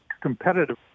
competitive